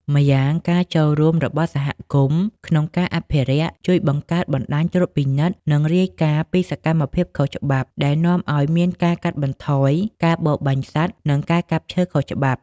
ម្យ៉ាងការចូលរួមរបស់សហគមន៍ក្នុងការអភិរក្សជួយបង្កើតបណ្តាញត្រួតពិនិត្យ និងរាយការណ៍ពីសកម្មភាពខុសច្បាប់ ដែលនាំឱ្យមានការកាត់បន្ថយការបរបាញ់សត្វ និងការកាប់ឈើខុសច្បាប់។